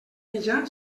mitjà